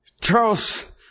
Charles